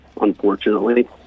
unfortunately